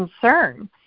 concern